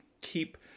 keep